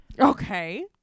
okay